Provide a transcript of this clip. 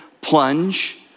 plunge